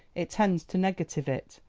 it tends to negative it,